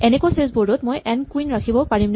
এনেকুৱা chess board ত মই এন কুইন ৰাখিব পাৰিমনে